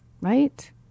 right